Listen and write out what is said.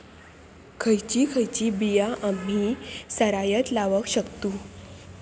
खयची खयची बिया आम्ही सरायत लावक शकतु?